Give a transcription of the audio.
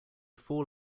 four